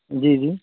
جی جی